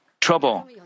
trouble